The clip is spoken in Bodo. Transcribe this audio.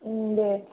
ओं दे